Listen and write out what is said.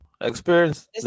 experience